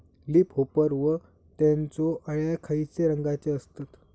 Leaf hopper व त्यानचो अळ्या खैचे रंगाचे असतत?